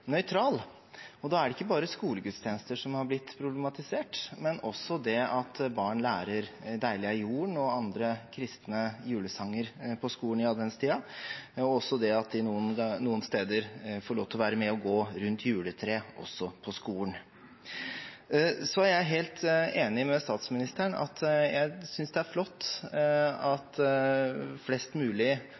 nøytral. Da er det ikke bare skolegudstjenester som har blitt problematisert, men også det at barn lærer Deilig er jorden og andre kristne julesanger på skolen i adventstiden, og at man noen steder får lov til å være med og gå rundt juletreet på skolen. Så er jeg helt enig med statsministeren i at det er flott at flest mulig,